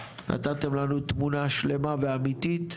נתתם לנו תמונה שלמה ואמיתית,